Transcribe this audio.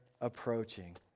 approaching